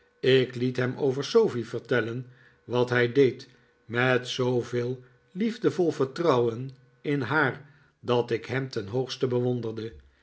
ik liet hem over sofie vertellen wat hij deed met zooveel liefdevol vertrouwen in haar dat ik hem ten hoogste bewonderde